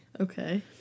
Okay